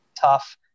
tough